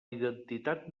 identitat